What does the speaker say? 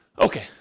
Okay